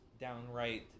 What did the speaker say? downright